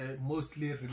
mostly